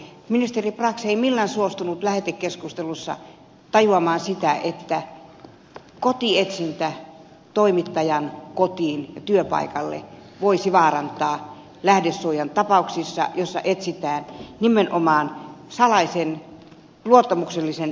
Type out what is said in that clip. ministeri brax ei millään suostunut lähetekeskustelussa tajuamaan sitä että kotietsintä toimittajan kodissa ja työpaikalla voisi vaarantaa lähdesuojan tapauksissa joissa etsitään nimenomaan salaisen luottamuksellisen tiedon vuotajaa